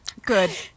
Good